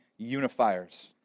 unifiers